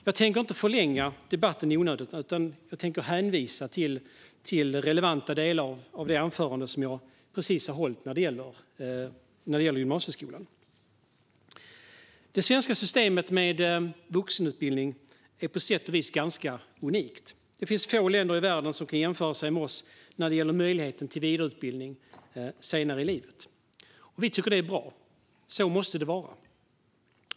Jag tänker därför inte förlänga debatten i onödan utan hänvisar till relevanta delar av det anförande om gymnasieskolan som jag nyss höll. Det svenska systemet med vuxenutbildning är på sätt och vis unikt. Det finns få länder i världen som kan jämföra sig med oss när det gäller möjligheten till vidareutbildning senare i livet. Vi i Sverigedemokraterna tycker att det är bra. Så måste det vara.